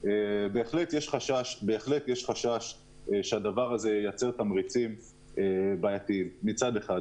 היא שבהחלט יש חשש שהדבר הזה ייצר תמריצים בעייתיים מצד אחד.